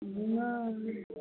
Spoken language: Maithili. नहि